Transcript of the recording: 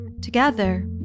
Together